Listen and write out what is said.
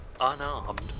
Unarmed